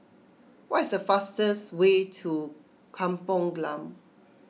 what is the fastest way to Kampung Glam